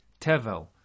tevel